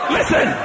Listen